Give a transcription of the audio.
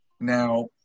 Now